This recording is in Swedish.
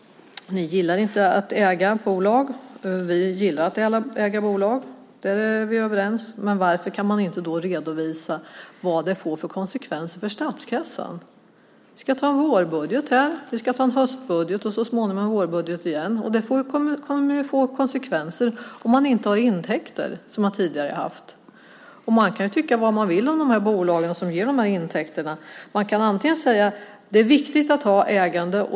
Ni gillar inte att äga bolag. Vi gillar att äga bolag. Där är vi överens. Men varför kan man inte redovisa vilka konsekvenserna blir för statskassan? Vi ska ta en vårbudget här i riksdagen. Och vi ska ta en höstbudget och så småningom en vårbudget igen. Det kommer att få konsekvenser om man inte har de intäkter som man tidigare haft. Sedan kan man tycka vad man vill om de bolag som ger intäkterna. Antingen kan man säga att det är viktigt att ha ett ägande.